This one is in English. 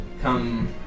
come